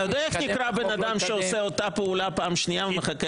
אתה יודע איך נקרא בן אדם שעושה אותה פעולה פעם שנייה ומחכה